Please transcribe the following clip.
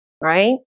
right